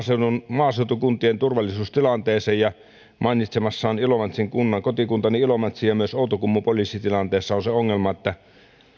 maaseutukuntien turvallisuustilanteeseen mainitsemassaan kotikuntani ilomantsin ja myös outokummun poliisitilanteessa on se ongelma että